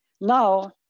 Now